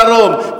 דרום,